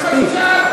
מספיק.